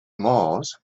mars